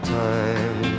time